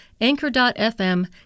Anchor.fm